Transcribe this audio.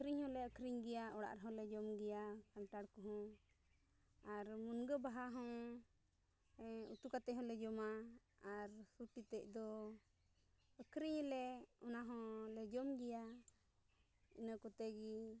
ᱟᱹᱠᱷᱟᱨᱤᱧ ᱦᱚᱸᱞᱮ ᱟᱹᱠᱷᱟᱨᱤᱧ ᱜᱮᱭᱟ ᱚᱲᱟᱜ ᱨᱮᱦᱚᱞᱮ ᱡᱚᱢ ᱜᱮᱭᱟ ᱠᱟᱱᱴᱷᱟᱲ ᱠᱚᱦᱚᱸ ᱟᱨ ᱢᱩᱱᱜᱟᱹ ᱵᱟᱦᱟ ᱦᱚᱸ ᱩᱛᱩ ᱠᱟᱛᱮ ᱦᱚᱞᱮ ᱡᱚᱢᱟ ᱟᱨ ᱥᱩᱴᱤ ᱛᱮᱫ ᱫᱚ ᱟᱹᱠᱷᱟᱨᱤᱧᱟᱞᱮ ᱚᱱᱟ ᱦᱚᱞᱮ ᱡᱚᱢ ᱜᱮᱭᱟ ᱤᱱᱟᱹ ᱠᱚᱛᱮᱜᱮ